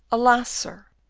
alas! sir.